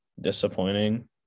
disappointing